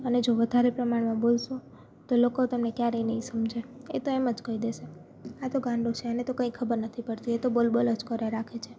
અને જો વધારે પ્રમાણમાં બોલશો તો લોકો તમને ક્યારેય નહીં સમજે એ તો એમ જ કઈ દેશે આ તો ગાંડો છે અને તો કાંઈ ખબર નથી પડતી એ તો બોલ બોલ જ કર્યા રાખે છે